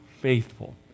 faithful